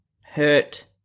hurt